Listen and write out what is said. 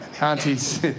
auntie's